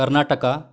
Karnataka